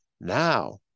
Now